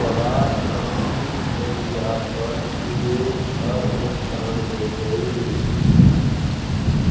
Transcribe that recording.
तोहार अस्सी रुपैया पर सेअर नुकसान हो गइल